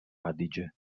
adige